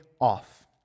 off